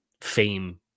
fame